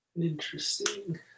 interesting